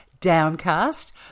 Downcast